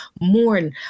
mourn